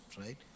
right